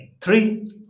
three